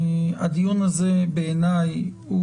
בעיניי,